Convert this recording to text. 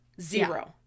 zero